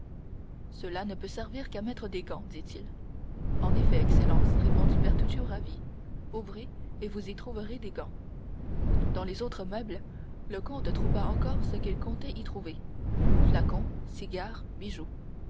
cela ne peut servir qu'à mettre des gants dit-il en effet excellence répondit bertuccio ravi ouvrez et vous y trouverez des gants dans les autres meubles le comte trouva encore ce qu'il comptait y trouver flacons cigares bijoux